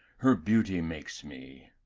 her beauty makes me.